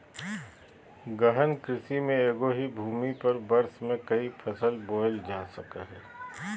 गहन कृषि में एगो ही भूमि पर वर्ष में क़ई फसल बोयल जा हइ